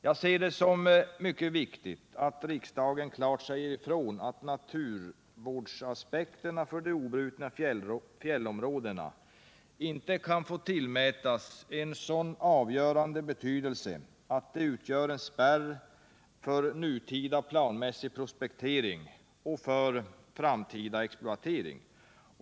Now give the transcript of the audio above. Jag ser det som mycket viktigt att riksdagen klart säger ifrån att naturvårdsaspekterna på de obrutna fjällområdena inte kan få tillmätas en så avgörande betydelse att de utgör en spärr för nutida planmässig prospektering och för framtida exploatering.